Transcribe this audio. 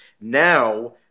Now